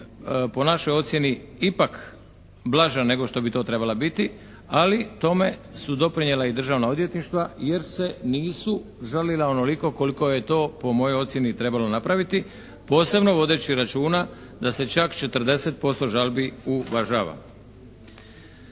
po našoj ocjeni ipak blaža nego što bi to trebala biti, ali tome su doprinijela i državna odvjetništva jer se nisu žalila onoliko koliko je to po mojoj ocjeni trebalo napraviti. Posebno vodeći računa da se čak 40% žalbi uvažava.